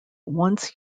once